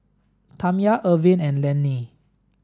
Tamya Irvin and Laney